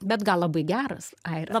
bet gal labai geras aira